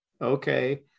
okay